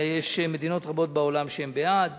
ויש מדינות רבות בעולם שהן בעד.